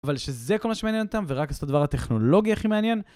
אבל שזה כל מה שמעניין אותם, ורק זה הדבר הטכנולוגי הכי מעניין.